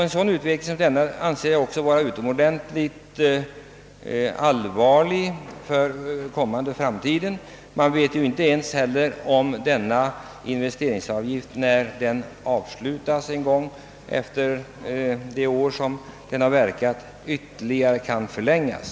En sådan utveckling kan också få allvarliga konsekvenser för framtiden. Man vet inte ens om denna avgift kommer att upphöra eller kommer att gälla, även efter giltighetstidens utgång. Den kan ju i likhet med den extra bilskatten bli permanent.